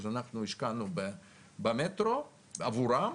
השקענו במטרו עבורם,